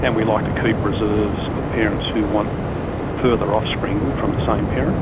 and we like to keep reserves for parents who want further offspring from the same parent.